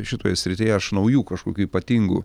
šitoj srityje aš naujų kažkokių ypatingų